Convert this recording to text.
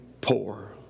poor